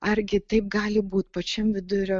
argi taip gali būt pačiam vidurio